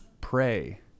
pray